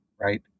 Right